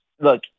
Look